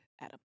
Adam